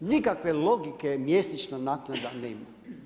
Nikakve logike mjesečne naknada nema.